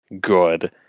good